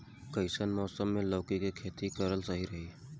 कइसन मौसम मे लौकी के खेती करल सही रही?